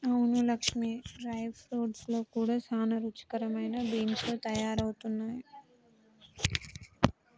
అవును Lakshmi dry fruits లో కూడా సానా రుచికరమైన బీన్స్ లు తయారవుతున్నాయి